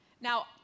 Now